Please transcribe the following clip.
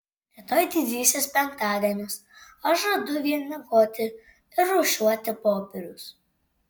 rytoj didysis penktadienis aš žadu vien miegoti ir rūšiuoti popierius